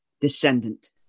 descendant